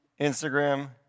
Instagram